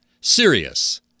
serious